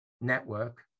network